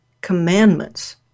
commandments